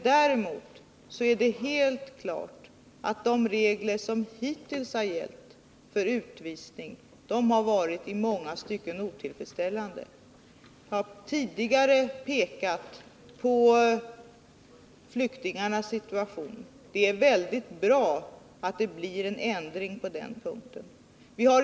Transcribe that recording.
Däremot är det helt klart att de regler som hittills har gällt för utvisning i många stycken har varit otillfredsställande. Jag har tidigare pekat på flyktingarnas situation. Det är mycket bra att det blir en ändring på den här punkten.